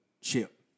chip